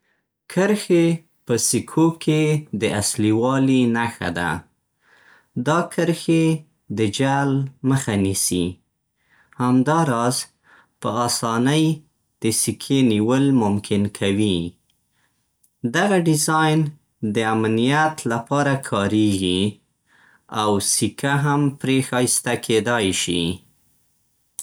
کرښې په سکو کې د اصلي والي نښه ده. دا کرښې د جعل مخه نیسي. همداراز، په اسانۍ د سکې نیول ممکن کوي. دغه ډیزاین د امنیت لپاره کارېږي او سکه هم پرې ښايسته کېدای شي.